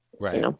Right